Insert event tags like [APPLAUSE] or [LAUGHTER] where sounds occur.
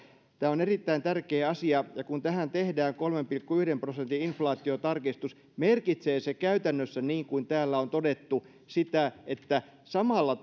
tämä on erittäin tärkeä asia ja kun tähän tehdään kolmen pilkku yhden prosentin inflaatiotarkistus merkitsee se käytännössä sitä niin kuin täällä on todettu että samalla [UNINTELLIGIBLE]